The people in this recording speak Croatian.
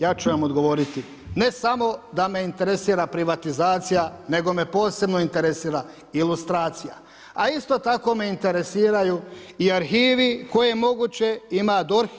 Ja ću vam odgovoriti. ne samo da me interesira privatizacija nego me posebno interesira ilustracija, a isto tako me interesiraju i arhivi koje moguće ima DORH